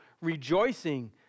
rejoicing